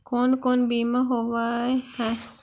कोन कोन बिमा होवय है?